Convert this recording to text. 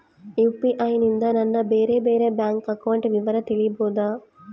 UPI ನಿಂದ ನನ್ನ ಬೇರೆ ಬೇರೆ ಬ್ಯಾಂಕ್ ಅಕೌಂಟ್ ವಿವರ ತಿಳೇಬೋದ?